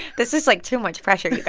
this is, like, too much pressure, you guys